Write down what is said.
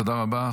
תודה רבה.